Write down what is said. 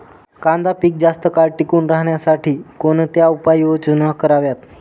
कांदा पीक जास्त काळ टिकून राहण्यासाठी कोणत्या उपाययोजना कराव्यात?